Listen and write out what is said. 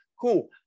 cool